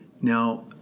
Now